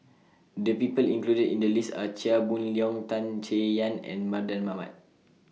The People included in The list Are Chia Boon Leong Tan Chay Yan and Mardan Mamat